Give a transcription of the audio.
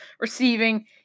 receiving